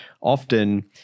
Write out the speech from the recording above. often